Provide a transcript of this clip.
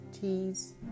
teas